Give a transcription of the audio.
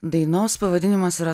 dainos pavadinimas yra